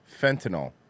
fentanyl